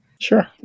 Sure